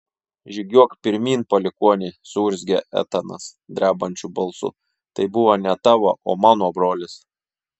žygiuok pirmyn palikuoni suurzgė etanas drebančiu balsu tai buvo ne tavo o mano brolis